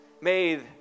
made